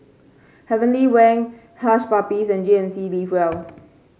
Heavenly Wang Hush Puppies and G N C Live Well